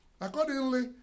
Accordingly